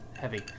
heavy